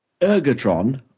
Ergotron